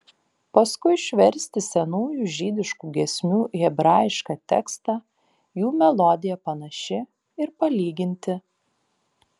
paskui išversti senųjų žydiškų giesmių hebrajišką tekstą jų melodija panaši ir palyginti